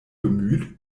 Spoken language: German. bemüht